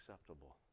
acceptable